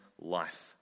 life